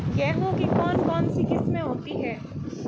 गेहूँ की कौन कौनसी किस्में होती है?